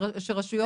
שרשויות יעשו?